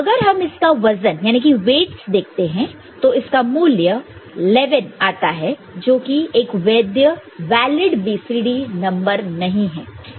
अगर हम इसका वजन वेट weight देखते हैं तो इसका मूल्य 11 आता है जोकि एक वैद्य वैलिड valid BCD नंबर नहीं है